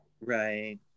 Right